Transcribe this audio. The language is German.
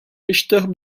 richter